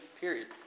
period